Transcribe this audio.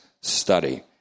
study